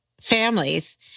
families